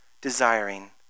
desiring